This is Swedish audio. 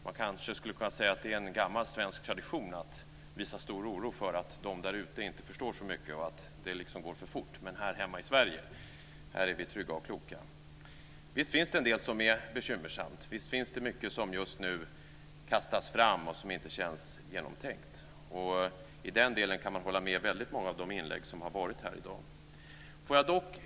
Man kanske skulle kunna säga att det är en gammal svensk tradition att visa stor oro för att de där ute inte förstår så mycket, och att det hela går för fort, men att vi här hemma i Sverige är trygga och kloka. Visst finns det en del som är bekymmersamt, och visst finns det mycket som just nu kastas fram och som inte känns genomtänkt. I den delen kan man hålla med om många av de inlägg som har gjorts här i dag.